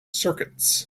circuits